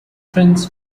friends